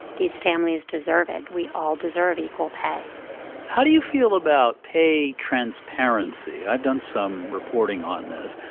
these families deserve it. we all deserve equal pay how do you feel about pay transparency? i've done some reporting on this.